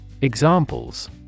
Examples